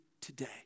today